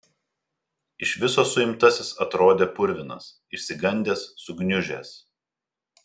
iš viso suimtasis atrodė purvinas išsigandęs sugniužęs